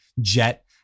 jet